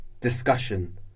Discussion